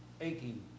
aching